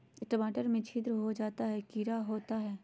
टमाटर में छिद्र जो होता है किडा होता है?